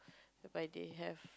by they have